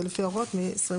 זה לפי ההוראות מ-2021.